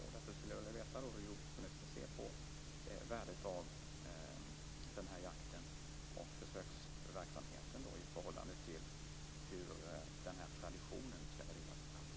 Därför skulle jag vilja veta hur jordbruksministern ser på värdet av försöksverksamheten med morkulljakt i förhållande till hur denna tradition skall värderas i framtiden.